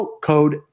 code